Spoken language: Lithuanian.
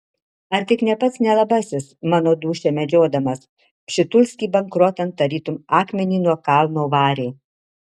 ar tik ne pats nelabasis mano dūšią medžiodamas pšitulskį bankrotan tarytum akmenį nuo kalno varė